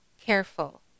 careful